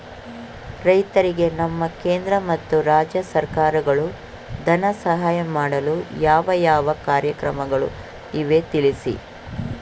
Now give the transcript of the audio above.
ರೈತರಿಗೆ ನಮ್ಮ ಕೇಂದ್ರ ಮತ್ತು ರಾಜ್ಯ ಸರ್ಕಾರಗಳು ಧನ ಸಹಾಯ ಮಾಡಲು ಯಾವ ಯಾವ ಕಾರ್ಯಕ್ರಮಗಳು ಇವೆ ತಿಳಿಸಿ?